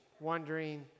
wondering